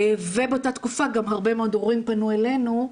ובאותה תקופה גם הרבה מאוד הורים פנו אלינו,